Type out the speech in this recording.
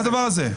מה זה הדבר הזה?